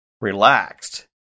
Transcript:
relaxed